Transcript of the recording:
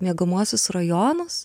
miegamuosius rajonus